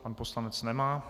Pan poslanec nemá.